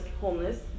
homeless